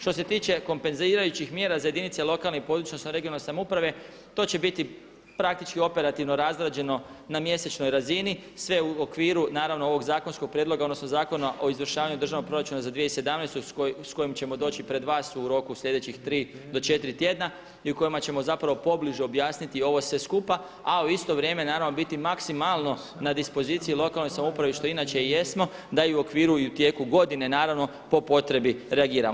Što se tiče kompenzirajućih mjera za jedinice lokalne i područne (regionalne) samouprave to će biti praktički operativno razrađeno na mjesečnoj razini sve u okviru naravno ovog zakonskog prijedlog odnosno Zakona o izvršavanju državnog proračuna za 2017. s kojim ćemo doći pred vas u roku sljedećih 3 do 4 tjedna i kojima ćemo zapravo pobliže objasniti ovo sve skupa a u isto vrijeme naravno biti maksimalno na dispoziciji u lokalnoj samoupravi što inače i jesmo da i u okviru i u tijeku godine naravno po potrebi reagiramo.